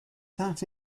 that